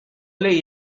lei